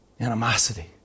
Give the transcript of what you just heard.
Animosity